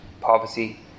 poverty